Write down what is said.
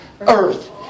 Earth